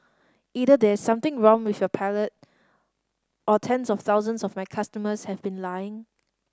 either there is something wrong with your palate or tens of thousands of my customers have been lying